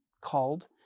called